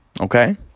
Okay